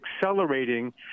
accelerating